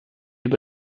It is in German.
über